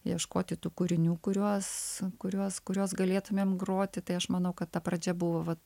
ieškoti tų kūrinių kuriuos kuriuos kuriuos galėtumėm groti tai aš manau kad ta pradžia buvo vat